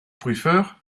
prefer